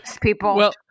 people